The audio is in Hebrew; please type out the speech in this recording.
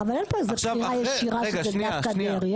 אבל אין פה איזה בחירה ישירה שזה דווקא דרעי,